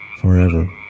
forever